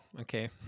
Okay